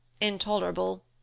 Intolerable